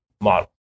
model